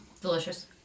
Delicious